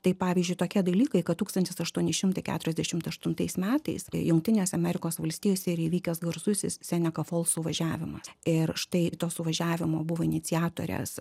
tai pavyzdžiui tokie dalykai kad tūkstantis aštuoni šimtai keturiasdešimt aštuntais metais jungtinėse amerikos valstijose ir įvykęs garsusis seneka fols suvažiavimas ir štai to suvažiavimo buvo iniciatorės